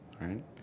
right